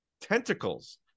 tentacles